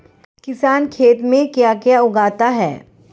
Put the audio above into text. किसान खेत में क्या क्या उगाता है?